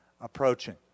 approaching